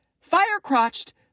fire-crotched